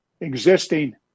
existing